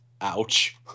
Ouch